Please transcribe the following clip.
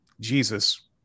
jesus